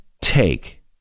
take